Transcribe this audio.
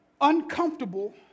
Uncomfortable